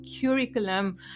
curriculum